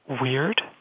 weird